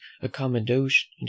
accommodation